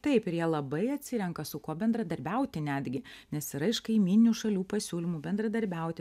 taip ir jie labai atsirenka su kuo bendradarbiauti netgi nes yra iš kaimyninių šalių pasiūlymų bendradarbiauti